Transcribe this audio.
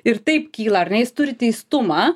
ir taip kyla ar ne jis turi teistumą